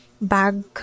bag